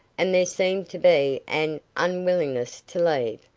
and there seemed to be an unwillingness to leave,